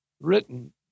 written